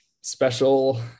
special